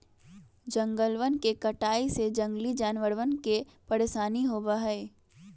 जंगलवन के कटाई से जंगली जानवरवन के परेशानी होबा हई